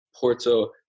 Porto